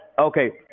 Okay